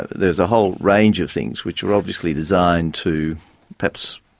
there was a whole range of things which were obviously designed to perhaps,